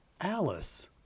Alice